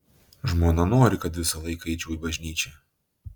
žmona nori kad visą laiką eičiau į bažnyčią